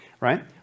right